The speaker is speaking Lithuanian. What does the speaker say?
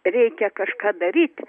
reikia kažką daryti